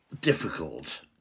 difficult